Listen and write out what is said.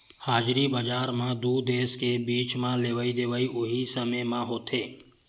हाजिरी बजार म दू देस के बीच म लेवई देवई उहीं समे म होथे